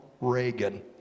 Reagan